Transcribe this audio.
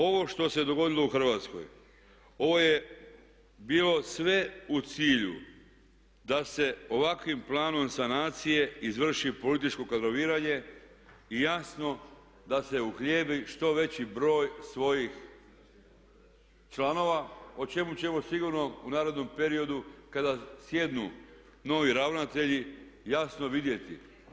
Ovo što se dogodilo u Hrvatskoj, ovo je bilo sve u cilju da se ovakvim planom sanacije izvrši političko kadroviranje i jasno da se uhljebi što veći broj svojih članova o čemu će ovo sigurno u narednom periodu, kada sjednu novi ravnatelji jasno vidjeti.